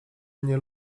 mnie